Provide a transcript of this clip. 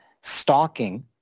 stalking